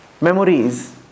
memories